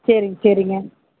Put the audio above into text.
சரிங்க சரிங்க